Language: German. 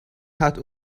hat